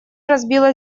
разбила